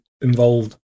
involved